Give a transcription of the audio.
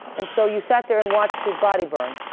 and so you sat there and watched his body burn?